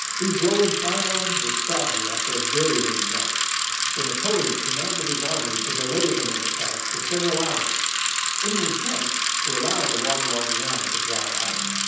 these rolling farmlands were soggy after a very rainy night so napoleon commanded his army to delay the main attacks for several hours in an attempt to allow the waterlogged ground to dry out.